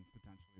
potentially